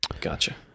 gotcha